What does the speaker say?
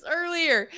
earlier